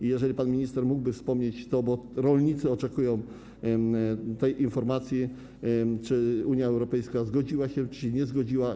Czy pan minister mógłby wspomnieć - bo rolnicy oczekują tej informacji - czy Unia Europejska zgodziła się, czy się nie zgodziła?